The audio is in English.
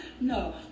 no